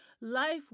Life